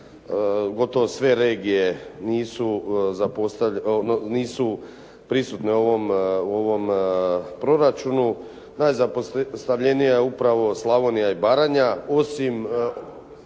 gotovo sve regije nisu prisutne u ovom proračunu. Najzapostavljenija je upravo Slavonija i Baranja, osim